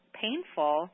painful